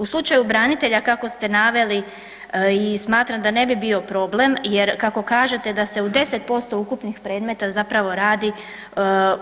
U slučaju branitelja kako ste naveli i smatram da ne bi bio problem jer kako kažete da se u 10% ukupnih predmeta zapravo radi